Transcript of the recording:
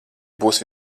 būs